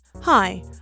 Hi